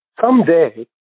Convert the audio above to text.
someday